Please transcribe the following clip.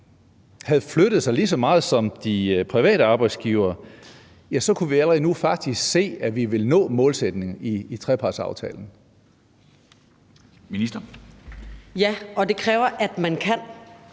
havde flyttet sig lige så meget som de private arbejdsgivere, havde vi faktisk allerede nu kunnet se, at vi ville nå målsætningen i trepartsaftalen. Kl. 13:48 Formanden